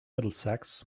middlesex